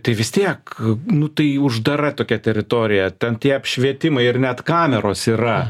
tai vis tiek nu tai uždara tokia teritorija ten tie apšvietimai ir net kameros yra